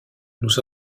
nous